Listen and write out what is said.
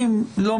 כלומר,